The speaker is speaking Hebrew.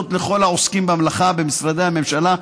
לכל העוסקים במלאכה במשרדי הממשלה.